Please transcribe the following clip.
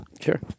Sure